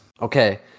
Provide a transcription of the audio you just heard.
Okay